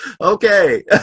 Okay